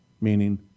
meaning